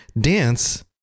Dance